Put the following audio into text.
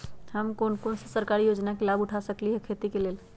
हम कोन कोन सरकारी योजना के लाभ उठा सकली ह खेती के लेल?